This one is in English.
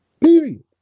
Period